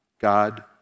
God